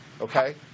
okay